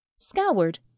Scoured